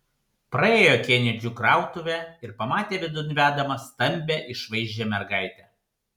praėjo kenedžių krautuvę ir pamatė vidun vedamą stambią išvaizdžią mergaitę